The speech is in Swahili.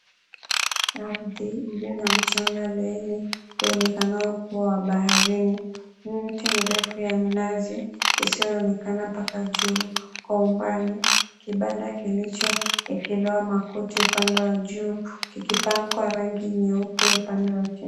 Ardhi iliyo na mchanga laini, kuonekanao kuwa baharini. Miti mirefu ya mnazi, isiyo onekana mpaka juu. Kwa umbali, kibanda kilichowelekelewa makuti upande wa juu, kikipakwa rangi nyeupe upande wa chini.